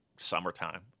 summertime